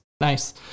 Nice